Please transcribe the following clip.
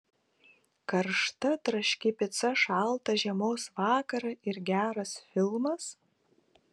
karšta traški pica šaltą žiemos vakarą ir geras filmas